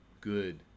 good